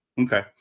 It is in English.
okay